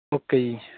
okay ਜੀ